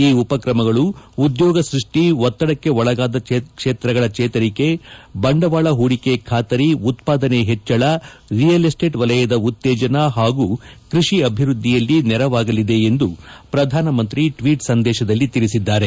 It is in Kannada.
ಈ ಉಪಕ್ರಮಗಳು ಉದ್ಯೋಗ ಸೃಷ್ಟಿ ಒತ್ತದಕ್ಕೆ ಒಳಗಾದ ಕ್ಷೇತ್ರಗಳ ಚೇತರಿಕೆ ಬಂಡವಾಳ ಹೂಡಿಕೆ ಖಾತರಿ ಉತ್ಪಾದನೆ ಹೆಚ್ಚಳ ರಿಯಲ್ ಎಸ್ಟೇಟ್ ವಲಯ ಉತ್ತೇಜನ ಹಾಗೂ ಕೃಷಿ ಅಭಿವೃದ್ದಿಯಲ್ಲಿ ನೆರವಾಗಲಿದೆ ಎಂದು ಪ್ರಧಾನಮಂತ್ರಿ ಟ್ವೀಟ್ ಸಂದೇಶದಲ್ಲಿ ತಿಳಿಸಿದ್ದಾರೆ